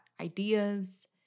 ideas